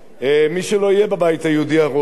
מי שלא יהיה בבית היהודי הראש,